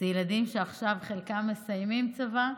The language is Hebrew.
ילדים שעכשיו חלקם מסיימים צבא,